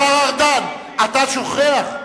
השר ארדן, אתה שוכח.